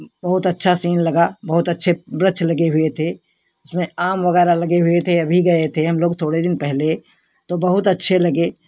बहुत अच्छा सीन लगा बहुत अच्छे वृक्ष लगे हुए थे उसमें आम वगैरह लगे हुए थे अभी गए थे हम लोग थोड़े दिन पहले तो बहुत अच्छे लगे